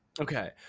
okay